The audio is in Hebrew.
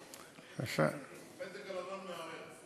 הפתק הלבן מערער,